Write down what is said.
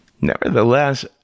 Nevertheless